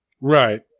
Right